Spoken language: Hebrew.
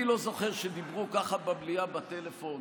אני לא זוכר שדיברו ככה במליאה בטלפון